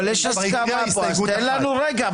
אבל יש פה הסכמה אז תן לנו רגע.